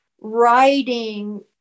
Writing